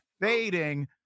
fading